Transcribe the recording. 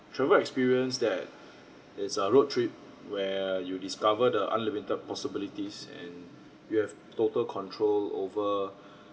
travel experience that is a road trip where you discover the unlimited possibilities and you have total control over